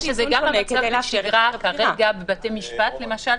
שזה גם יקרה --- כרגע בבתי משפט למשל,